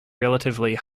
relatively